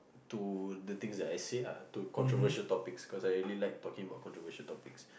to the things that I said ah to controversial topics cause I really like talking about controversial topics